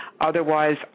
Otherwise